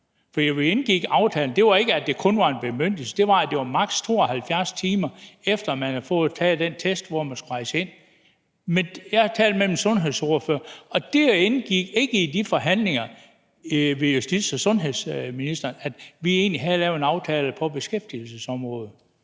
Da vi indgik aftalen, var der ikke tale om, at det kun var en bemyndigelse; det handlede om, at det var maks. 72 timer, efter man havde fået taget den test, da man skulle rejse ind. Jeg har talt med min sundhedsordfører, og det indgik ikke i de forhandlinger med justitsministeren og sundhedsministeren, at vi egentlig havde lavet en aftale på beskæftigelsesområdet.